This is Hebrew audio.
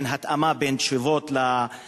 של התאמה בין תשובות לשאלות,